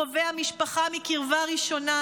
ביקשו מאיתנו להחריג את קרובי המשפחה מקרבה ראשונה,